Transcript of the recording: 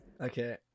Okay